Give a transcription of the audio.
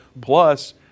Plus